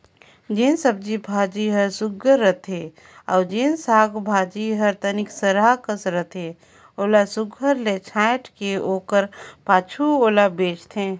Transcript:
जेन सब्जी भाजी हर सुग्घर रहथे अउ जेन साग भाजी हर तनि सरहा कस रहथे ओला सुघर ले छांएट के ओकर पाछू ओला बेंचथें